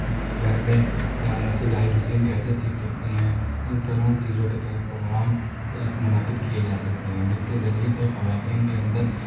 گھر میں سلائی مشین کیسے سیکھ سکتی ہیں ان تمام چیزوں کے طرح پروگرام منعقد کیے جا سکتے ہیں جس کے ذریعے سے خواتین کے اندر